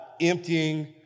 emptying